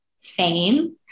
fame